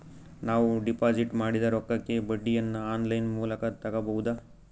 ನಾವು ಡಿಪಾಜಿಟ್ ಮಾಡಿದ ರೊಕ್ಕಕ್ಕೆ ಬಡ್ಡಿಯನ್ನ ಆನ್ ಲೈನ್ ಮೂಲಕ ತಗಬಹುದಾ?